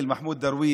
הערבית,